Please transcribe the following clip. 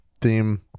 theme